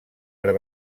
per